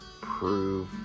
prove